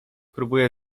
próbuję